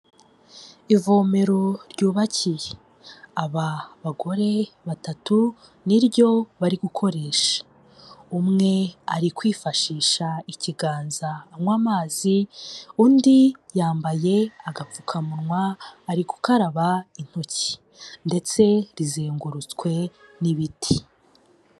Ivomero ryubakiye, aba bagore batatu niryo bari gukoresha, umwe ari kwifashisha ikiganza anywa amazi, undi yambaye agapfukamunwa ari gukaraba intoki ndetse rizengurutswe n'ibiti.